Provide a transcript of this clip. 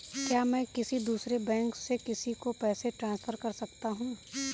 क्या मैं किसी दूसरे बैंक से किसी को पैसे ट्रांसफर कर सकता हूँ?